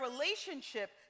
relationship